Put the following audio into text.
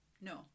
no